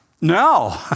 No